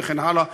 וכן הלאה.